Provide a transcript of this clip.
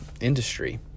industry